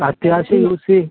അത്യാവശ്യം യൂസ്